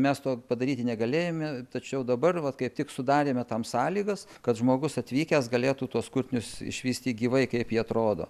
mes to padaryti negalėjome tačiau dabar va kaip tik sudarėme tam sąlygas kad žmogus atvykęs galėtų tuos kurtinius išvysti gyvai kaip jie atrodo